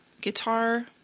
guitar